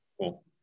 Cool